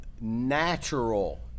natural